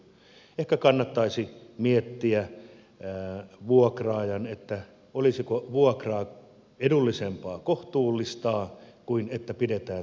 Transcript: ehkä vuokraajan kannattaisi miettiä olisiko edullisempaa kohtuullistaa vuokraa kuin pitää tiloja tyhjillään